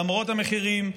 למרות המחירים,